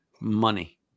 Money